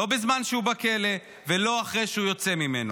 לא בזמן שהוא בכלא ולא אחרי שהוא יוצא ממנו.